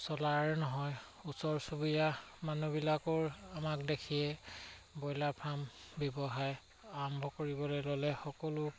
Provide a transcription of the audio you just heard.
চলাৰ নহয় ওচৰ চুবুৰীয়া মানুহবিলাকৰ আমাক দেখিয়ে ব্ৰইলাৰ ফাৰ্ম ব্যৱসায় আৰম্ভ কৰিবলৈ ল'লে সকলো